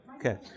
Okay